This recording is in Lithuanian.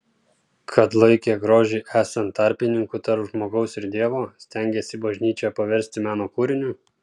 kad laikė grožį esant tarpininku tarp žmogaus ir dievo stengėsi bažnyčią paversti meno kūriniu